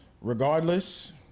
regardless